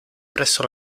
presso